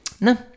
No